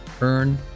Earn